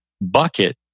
bucket